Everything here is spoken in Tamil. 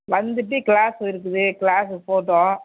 வந்துவிட்டு கிளாஸ் இருக்குது கிளாஸுக்கு போகட்டும்